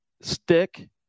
stick